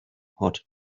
hot